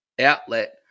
outlet